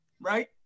Right